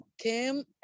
came